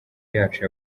yacu